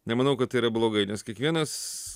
nemanau kad tai yra blogai nes kiekvienas